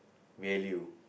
value